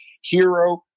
Hero